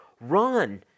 run